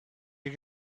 you